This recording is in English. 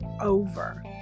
over